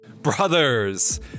Brothers